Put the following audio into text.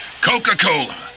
Coca-Cola